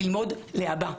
ללמוד להבא,